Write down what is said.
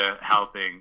helping